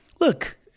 Look